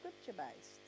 scripture-based